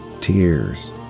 Tears